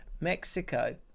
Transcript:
Mexico